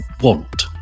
want